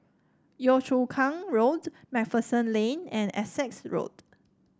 Yio Chu Kang Road MacPherson Lane and Essex Road